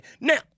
Now